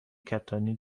کتانی